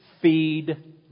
feed